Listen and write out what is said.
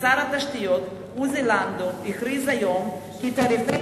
ושר התשתיות עוזי לנדאו הכריז היום כי תעריפי